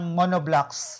monoblocks